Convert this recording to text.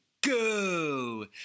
go